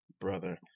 Brother